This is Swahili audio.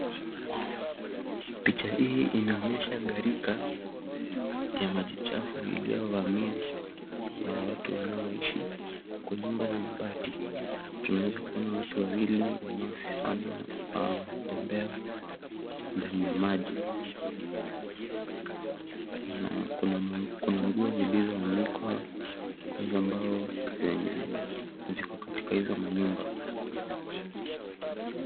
Picha hii inaonyesha gharika ya maji chafu iliyovamia watu wanaoishi nyumba za mabati. Tunaweza kuona watu wawili wanaotembea ndani ya maji na kuna nguo zilizoanikwa kwa hizo mbao zenye ziko katika hizo manyumba.